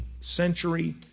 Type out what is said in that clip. century